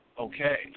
okay